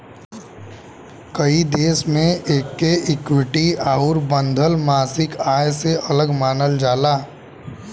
कई देश मे एके इक्विटी आउर बंधल मासिक आय से अलग मानल जाला